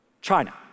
China